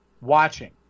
watching